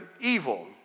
evil